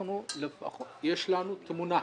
יש לנו תמונה,